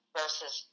versus –